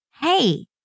Hey